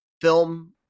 film